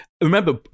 remember